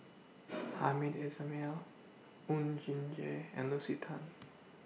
Hamed Ismail Oon Jin Gee and Lucy Tan